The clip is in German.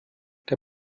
der